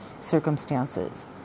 circumstances